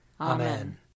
Amen